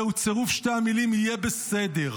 זהו צירוף שתי המילים "יהיה בסדר".